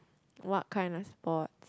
what kind of sports